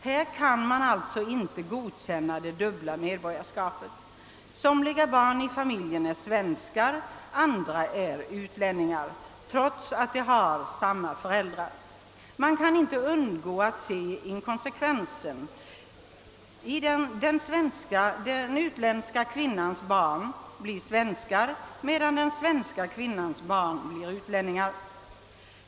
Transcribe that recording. Då kan man alltså inte godkänna det dubbla medborgarskapet. Somliga barn i familjen är svenskar, andra är utlänningar, trots att de har samma föräldrar. Man kan inte undgå att se inkonsekvensen i att den utländska kvinnans barn blir svenskar medan den svenska kvinnans barn blir utlänningar.